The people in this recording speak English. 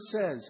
says